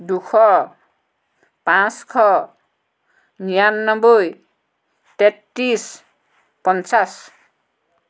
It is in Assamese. দুশ পাঁচশ নিৰান্নব্বৈ তেত্ৰিছ পঞ্চাছ